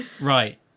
right